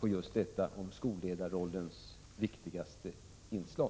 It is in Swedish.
framhålla skolledarrollens viktigaste inslag.